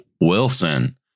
Wilson